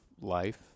life